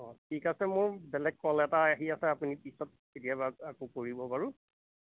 অঁ ঠিক আছে মোৰ বেলেগ কল এটা আহি আছে আপুনি পিছত কেতিয়াবা আকৌ কৰিব বাৰু